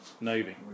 Navy